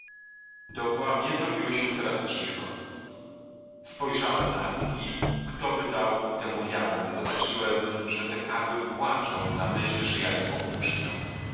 mnie zrobiło się teraz cicho spojrzałem na nich i ktoby dał temu wiarę zobaczyłem że te karły płaczą na myśl że ja ich opuszczę